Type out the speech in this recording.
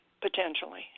potentially